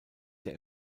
der